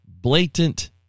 blatant